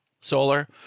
solar